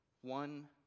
one